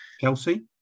Kelsey